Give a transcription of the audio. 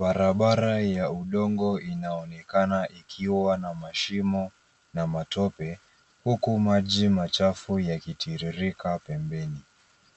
Barabara ya udongo inaonekana ikiwa na mashimo na matope huku maji machafu yakitiririka pembeni.